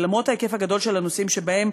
ולמרות ההיקף הגדול של הנושאים שבהם